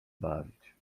bawić